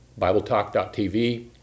BibleTalk.tv